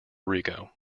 rico